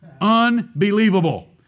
Unbelievable